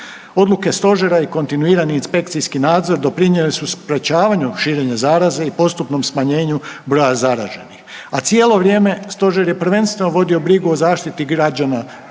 Odluke Stožera i kontinuirani inspekcijski nadzor doprinijele su sprječavanju širenja zaraze i postupnom smanjenju broja zaraženih, a cijelo vrijeme Stožer je prvenstveno vodio brigu o zaštiti građana, zdravlja